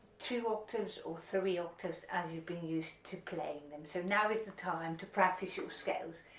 two octaves or three octaves as you've been used to playing them so now is the time to practice your scales,